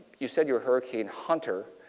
you said you are a hurricane hunter.